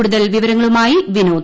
കൂടുതൽ വിവരങ്ങളുമായി വിനോദ്